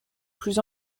plus